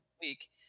week